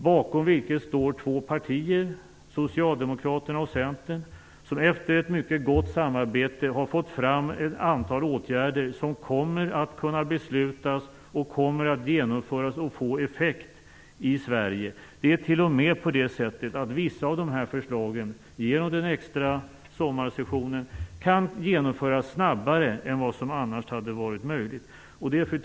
Bakom det står två partier, Socialdemokraterna och Centern, som efter ett mycket gott samarbete har tagit fram ett antal åtgärder som kommer att kunna leda till beslut och som kommer att genomföras och få effekt i Sverige. Det är t.o.m. så att vissa av dessa förslag genom den extra sommarsessionen kan genomföras snabbare än vad som annars hade varit möjligt. Fru talman!